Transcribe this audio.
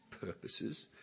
purposes